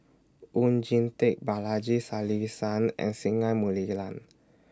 Oon Jin Teik Balaji Sadasivan and Singai Mukilan